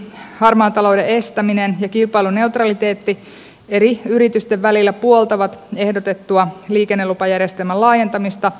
harmaan talouden estäminen ja kilpailuneutraliteetti eri yritysten välillä puoltavat ehdotettua liikennelupajärjestelmän laajentamista